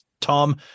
Tom